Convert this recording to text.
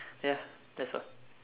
ya that's all